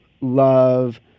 love